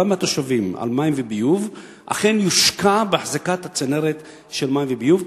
מהתושבים על מים וביוב אכן יושקע בהחזקת הצנרת של מים וביוב,